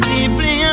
Deeply